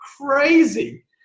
crazy